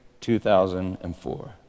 2004